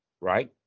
right